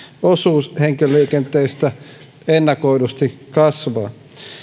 osuus henkilöliikenteestä ennakoidusti kasvaa